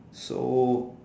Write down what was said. so